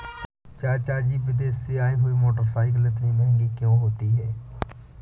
चाचा जी विदेश से आई हुई मोटरसाइकिल इतनी महंगी क्यों होती है?